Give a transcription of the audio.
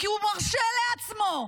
כי הוא מרשה לעצמו.